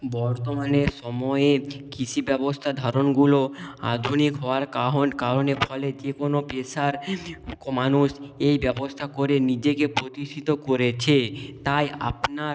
বর্তমানের সময়ের কৃষি ব্যবস্থা ধারণগুলো আধুনিক হওয়ার কারণের ফলে যে কোনো পেশার মানুষ এই ব্যবস্থা করে নিজেকে প্রতিষ্ঠিত করেছে তাই আপনার